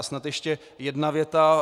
Snad ještě jedna věta.